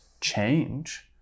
change